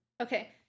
Okay